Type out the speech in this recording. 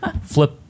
Flip